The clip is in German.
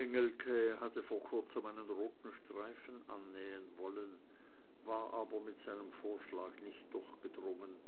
engelke hatte vor kurzem einen roten streifen annähen wollen war aber mit seinem vorschlag nicht durchgedrungen